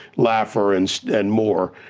laffer, and and moore,